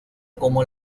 como